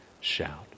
shout